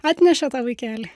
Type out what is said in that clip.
atnešė tą vaikelį